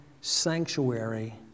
sanctuary